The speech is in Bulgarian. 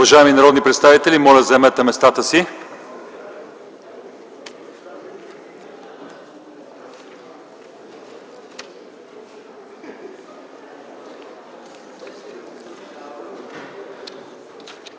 Уважаеми народни представители, моля заемете местата си.